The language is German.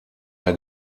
der